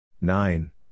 Nine